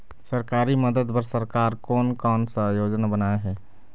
सरकारी मदद बर सरकार कोन कौन सा योजना बनाए हे?